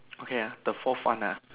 okay ah the forth one ah